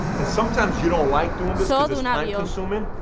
and sometimes you don't like doing this, because it's time consuming,